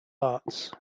arts